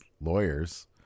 lawyers